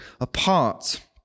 apart